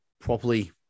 properly